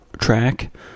track